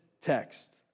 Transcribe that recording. text